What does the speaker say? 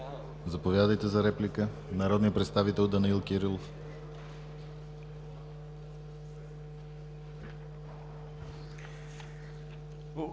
Заповядайте за реплика – народният представител Данаил Кирилов.